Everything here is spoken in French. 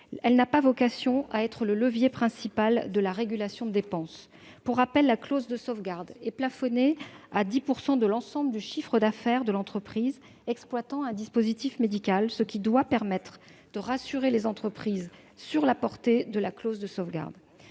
Elle n'a pas vocation à être le levier principal de la régulation des dépenses. Pour rappel, la clause de sauvegarde est plafonnée à 10 % de l'ensemble du chiffre d'affaires de l'entreprise exploitant un dispositif médical, ce qui doit permettre de rassurer les entreprises sur sa portée. Le Gouvernement ne